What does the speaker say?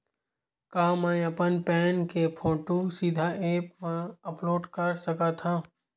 का मैं अपन पैन के फोटू सीधा ऐप मा अपलोड कर सकथव?